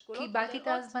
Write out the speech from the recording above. להבטיח.